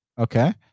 okay